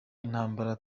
intambara